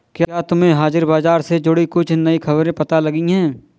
क्या तुम्हें हाजिर बाजार से जुड़ी कुछ नई खबरें पता लगी हैं?